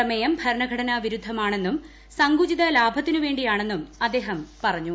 പ്രമേയം ഭരണഘടനാ വിരുദ്ധമാണെന്നും സങ്കുചിത ലാഭത്തിനുവേണ്ടിയാണെന്നും അദ്ദേഹം പറഞ്ഞു